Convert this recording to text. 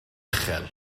uchel